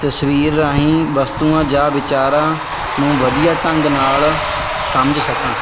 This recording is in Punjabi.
ਤਸਵੀਰ ਰਾਹੀਂ ਵਸਤੂਆਂ ਜਾ ਵਿਚਾਰਾਂ ਨੂੰ ਵਧੀਆ ਢੰਗ ਨਾਲ ਸਮਝ ਸਕਣ